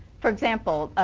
for example,